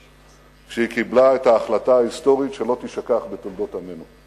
שקיבלה את ההחלטה ההיסטורית שלא תישכח בתולדות עמנו.